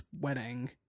wedding